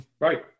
right